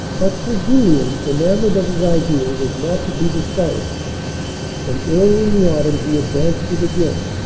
but sir julian, enamored of his idea, was not to be discour aged, and early in the autumn he advanced it again.